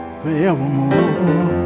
forevermore